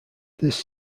this